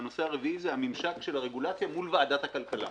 והנושא הרביעי הוא הממשק של הרגולציה מול ועדת הכלכלה.